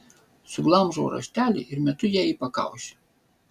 suglamžau raštelį ir metu jai į pakaušį